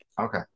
Okay